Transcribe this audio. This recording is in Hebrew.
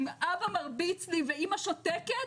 אם אבא מרביץ לי ואמא שותקת